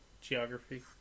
geography